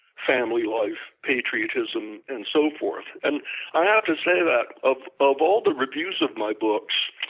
family life, patriotism, and so forth. and i have to say that of of all the reviews of my books,